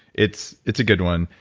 it's it's a good one.